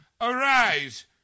Arise